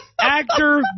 actor